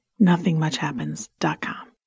nothingmuchhappens.com